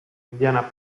indiana